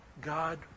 God